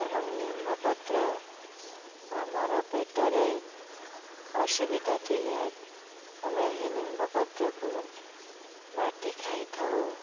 ଏବଂ ନିମ୍ବ ପତ୍ର ଆମର ପେଟରେ ଅସୁବିଧା ଥିଲେ ଆମେ ଏହି ନିମ୍ବ ପତ୍ରକୁ ବାଟି ଖାଇ ଥାଉ